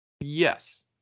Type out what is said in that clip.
yes